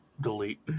Delete